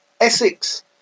Essex